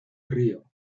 río